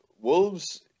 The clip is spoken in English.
Wolves